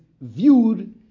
viewed